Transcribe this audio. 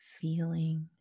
feeling